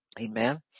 Amen